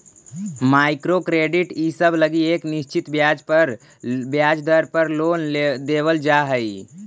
micro credit इसब लगी एक निश्चित ब्याज दर पर लोन देवल जा हई